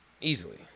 Easily